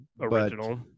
original